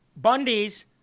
Bundys